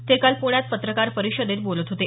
ते काल पुण्यात पत्रकार परिषदेत बोलत होते